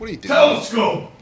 Telescope